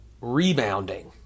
rebounding